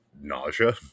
nausea